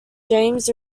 james